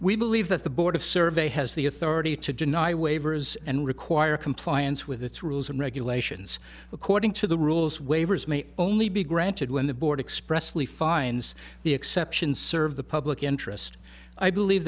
we believe that the board of survey has the authority to deny waivers and require compliance with its rules and regulations according to the rules waivers may only be granted when the board expressly finds the exceptions serve the public interest i believe